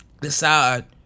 decide